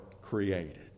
created